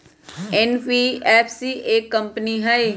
NBFC एक company हई?